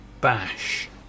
Bash